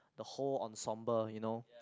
the whole ensemble you know